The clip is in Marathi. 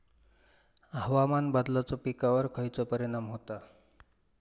हवामान बदलाचो पिकावर खयचो परिणाम होता?